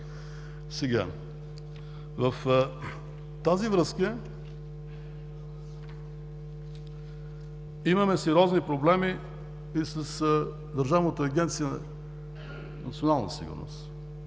В тази връзка имаме сериозни проблеми и с Държавна агенция „Национална сигурност“,